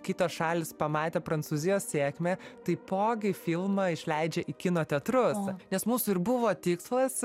kitos šalys pamatė prancūzijos sėkmę taipogi filmą išleidžia į kino teatrus nes mūsų ir buvo tikslas